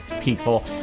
people